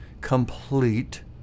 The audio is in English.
complete